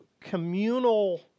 communal